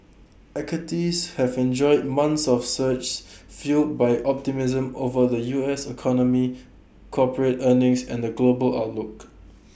equities have enjoyed months of surges fuelled by optimism over the U S economy corporate earnings and the global outlook